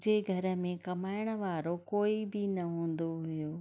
जे घर में कमाइण वारो कोई बि न हूंदो हुओ